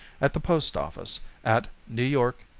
at the post office at new york,